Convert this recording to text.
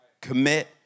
Commit